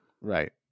Right